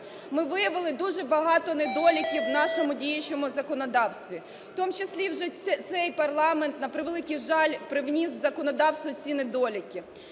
Ми виявили дуже багато недоліків у нашому діючому законодавстві, в тому числі вже цей парламент, на превеликий жаль, привніс в законодавство ці недоліки.